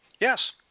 Yes